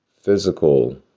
physical